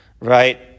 right